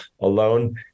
alone